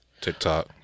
TikTok